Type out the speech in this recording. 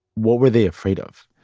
what were they afraid of?